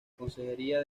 consejería